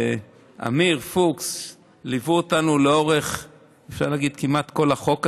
ואמיר פוקס ליוו אותנו לאורך כמעט כל החוק הזה,